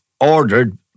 ordered